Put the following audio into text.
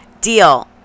Deal